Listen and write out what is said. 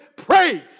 praise